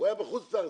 הוא היה בחוץ לארץ,